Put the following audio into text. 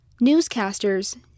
newscasters